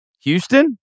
Houston